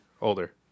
Older